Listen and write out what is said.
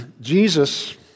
Jesus